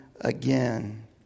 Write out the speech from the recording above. again